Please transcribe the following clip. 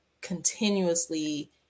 continuously